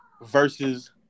versus